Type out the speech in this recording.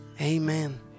amen